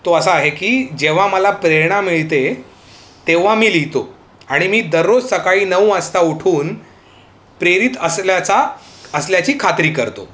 तो असा आहे की जेव्हा मला प्रेरणा मिळते तेव्हा मी लिहितो आणि मी दररोज सकाळी नऊ वाजता उठून प्रेरित असल्याचा असल्याची खात्री करतो